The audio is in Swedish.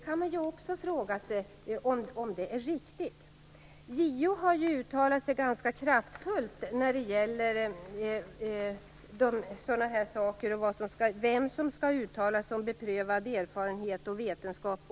Man kan ju fråga sig om det är riktigt. JO har uttalat sig ganska kraftfullt när det gäller sådana här saker och vem som skall uttala sig om beprövad erfarenhet och vetenskap.